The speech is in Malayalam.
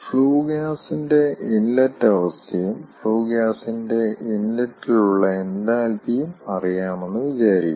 ഫ്ലൂ ഗ്യാസിന്റെ ഇൻലെറ്റ് അവസ്ഥയും ഫ്ലൂ ഗ്യാസിന്റെ ഇൻലെറ്റിൽ ഉള്ള എൻതാൽപ്പിയും അറിയാമെന്ന് വിചാരിക്കുക